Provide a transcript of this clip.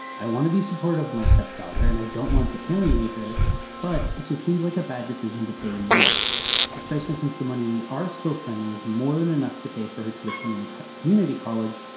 i want to be supportive of my stepdaughter and i don't want to alienate her but it just seems like a bad decision to pay more especially since the money we are still spending is more than enough to pay for her tuition and a community college.